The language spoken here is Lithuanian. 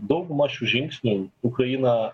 daugmaž žingsniai ukrainą